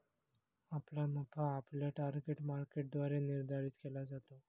आपला नफा आपल्या टार्गेट मार्केटद्वारे निर्धारित केला जातो